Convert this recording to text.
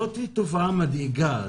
זאת תופעה מדאיגה,